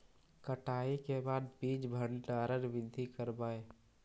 कटाई के बाद बीज भंडारन बीधी करबय?